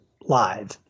live